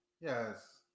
Yes